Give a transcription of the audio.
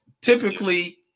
typically